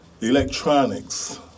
Electronics